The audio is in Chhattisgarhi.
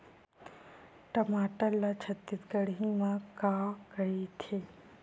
टमाटर ला छत्तीसगढ़ी मा का कइथे?